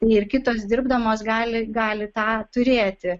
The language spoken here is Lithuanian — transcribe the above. ir kitos dirbdamos gali gali tą turėti